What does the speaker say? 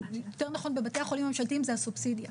יותר נכון בבתי החולים הממשלתיים זה הסובסידיה,